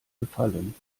befallen